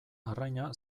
arraina